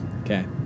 Okay